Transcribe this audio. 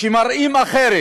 שמראים אחרת: